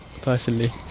personally